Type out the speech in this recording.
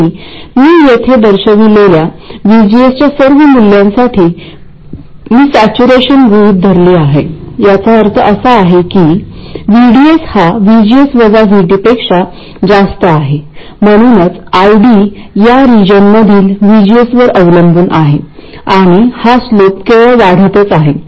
तर येथे दुस या बाबतीत ID कॉन्स्टंट असतांना हे दुसरे एक्सप्रेशन उपयुक्त आहे